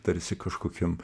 tarsi kažkokiam